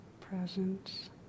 presence